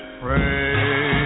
pray